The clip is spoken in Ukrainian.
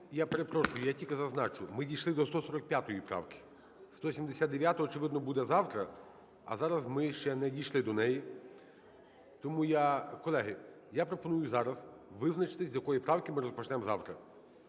Я перепрошую, я тільки зазначу, ми дійшли до 145 правки. 179-а, очевидно, буде завтра, а зараз ми ще не дійшли до неї. Тому я, колеги, я пропоную зараз визначитися, з якої правки ми розпочнемо завтра.